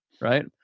right